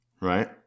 right